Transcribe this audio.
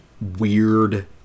weird